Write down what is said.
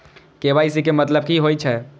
KYC के मतलब कि होई छै?